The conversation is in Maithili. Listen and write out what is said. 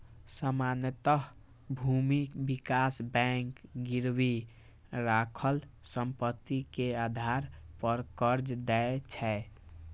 सामान्यतः भूमि विकास बैंक गिरवी राखल संपत्ति के आधार पर कर्ज दै छै